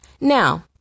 Now